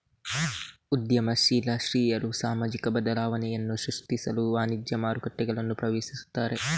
ಉದ್ಯಮಶೀಲ ಸ್ತ್ರೀಯರು ಸಾಮಾಜಿಕ ಬದಲಾವಣೆಯನ್ನು ಸೃಷ್ಟಿಸಲು ವಾಣಿಜ್ಯ ಮಾರುಕಟ್ಟೆಗಳನ್ನು ಪ್ರವೇಶಿಸುತ್ತಾರೆ